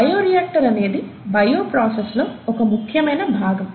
bio process లో ఒక ముఖ్యమైన భాగము